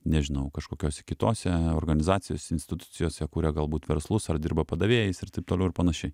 nežinau kažkokiose kitose organizacijose institucijose kuria galbūt verslus ar dirba padavėjais ir taip toliau ir panašiai